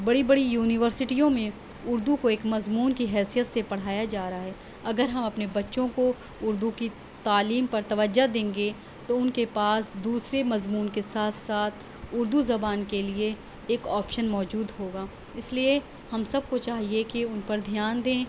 بڑی بڑی یونیورسٹیوں میں اردو کو ایک مضمون کی حیثیت سے پڑھایا جا رہا ہے اگر ہم اپنے بچوں کو اردو کی تعلیم پر توجہ دیں گے تو ان کے پاس دوسرے مضمون کے ساتھ ساتھ اردو زبان کے لیے ایک آپشن موجود ہوگا اس لیے ہم سب کو چاہیے کہ ان پر دھیان دیں